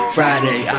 Friday